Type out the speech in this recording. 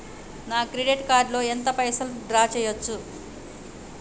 నా credit card లో ఎంత పైసల్ డ్రా చేయచ్చు?